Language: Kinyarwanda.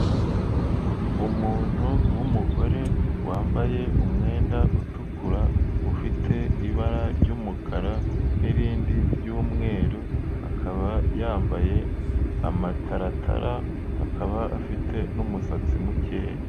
Umuntu w'umugore wambaye umwenda utukura, ufite ibara ry'umukara n'irindi ry'umweru akaba yambaye amataratara, akaba afite n'umusatsi mukeya.